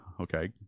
Okay